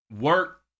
work